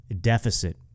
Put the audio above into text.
deficit